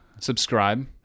Subscribe